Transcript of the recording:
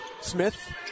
Smith